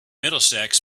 middlesex